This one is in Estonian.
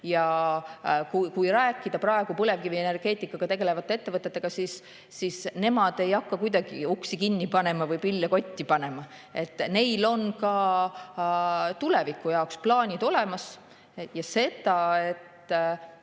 Kui rääkida põlevkivienergeetikaga tegelevate ettevõtetega, siis nemad ei hakka kuidagi uksi kinni panema või pille kotti panema, neil on tuleviku jaoks plaanid olemas. See, et